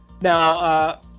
Now